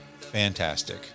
Fantastic